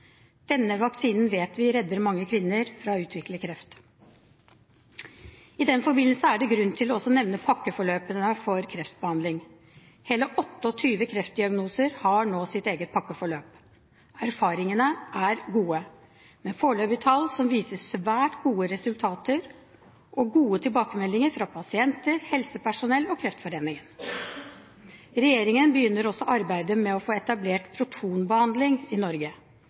Denne vaksinen vet vi redder mange kvinner fra å utvikle kreft. I den forbindelse er det grunn til også å nevne pakkeforløpene for kreftbehandling. Hele 28 kreftdiagnoser har nå sitt eget pakkeforløp. Erfaringene er gode, med foreløpige tall som viser svært gode resultater og gode tilbakemeldinger fra pasienter, helsepersonell og Kreftforeningen. Regjeringen begynner også arbeidet med å få etablert protonbehandling i Norge.